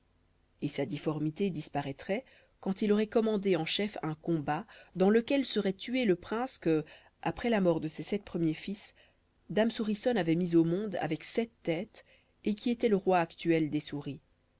et sa difformité disparaîtrait quand il aurait commandé en chef un combat dans lequel serait tué le prince que après la mort de ses sept premiers fils dame souriçonne avait mis au monde avec sept têtes et qui était le roi actuel des souris